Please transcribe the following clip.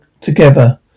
together